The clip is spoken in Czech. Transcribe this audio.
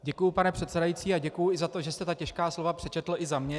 Děkuji, pane předsedající, a děkuji i za to, že jste ta těžká slova přečetl i za mě.